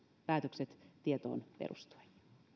päätökset tietoon perustuen